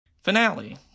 Finale